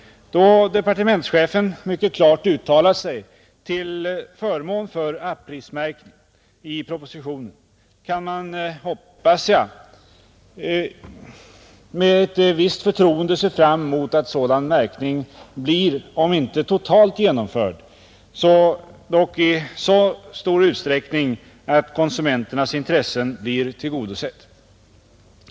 Eftersom departementschefen i propositionen mycket klart har uttalat sig till förmån för 4-prismärkning kan man, hoppas jag, med ett visst förtroende se fram emot att sådan märkning blir genomförd, om inte totalt så ändå i sådan utsträckning att konsumenternas intresse blir tillgodosett.